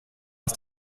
aus